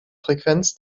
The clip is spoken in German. frequenz